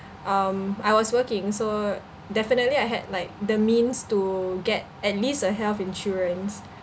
um I was working so definitely I had like the means to get at least a health insurance